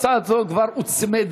הצעה זו כבר הוצמדה,